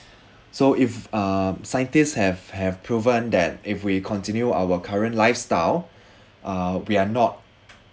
so if uh scientists have have proven that if we continue our current lifestyle uh we're not